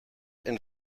and